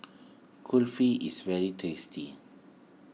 Kulfi is very tasty